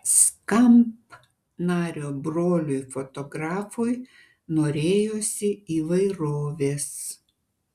skamp nario broliui fotografui norėjosi įvairovės